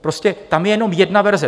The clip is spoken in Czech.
Prostě tam je jenom jedna verze.